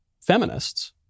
feminists